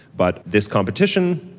but this competition,